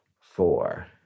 four